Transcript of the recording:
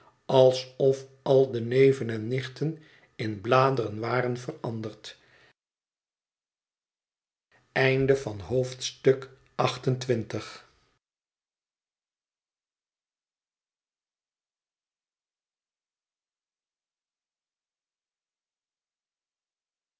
al de neven en nichten in bladeren waren veranderd